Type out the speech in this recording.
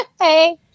hey